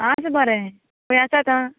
हांव आसा बरें खंय आसा आतां